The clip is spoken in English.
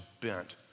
bent